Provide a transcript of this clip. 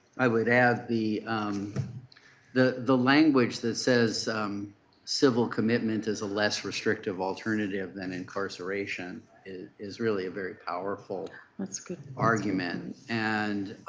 i would add the the the language that says civil commitment is a less restrictive alternative than incarceration is is really a very powerful argument. and